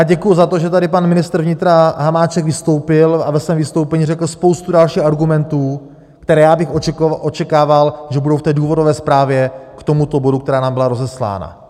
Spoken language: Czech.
Děkuji za to, že tady pan ministr vnitra Hamáček vystoupil a ve svém vystoupení řekl spoustu dalších argumentů, které bych očekával, že budou v té důvodové zprávě k tomuto bodu, která nám byla rozeslána.